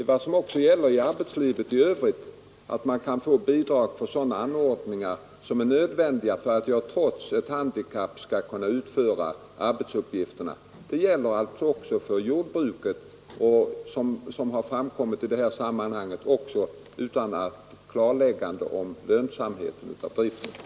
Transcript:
Detta är vad som gäller i arbetslivet i övrigt — man kan få bidrag för anordningar som är nödvändiga för att man trots ett handikapp skall kunna utföra arbetsuppgifterna. Det gäller också för jordbrukare och som jag nämnt — utan klarläggande av driftens lönsamhet